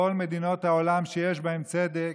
כל מדינות העולם שיש בהן צדק,